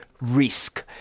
risk